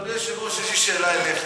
אדוני היושב-ראש, יש לי שאלה אליך.